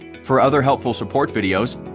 for other helpful support videos,